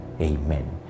Amen